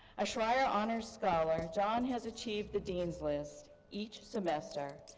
a schreyer honor's scholar john has achieved the dean's list each semester,